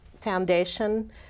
foundation